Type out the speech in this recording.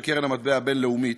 של קרן המטבע הבין-לאומית,